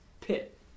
pit